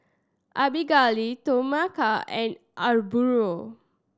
Abigale Tomeka and